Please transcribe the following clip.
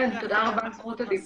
כן, תודה רבה על זכות הדיבור.